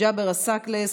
ג'אבר עסאקלה,